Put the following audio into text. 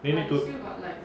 then need to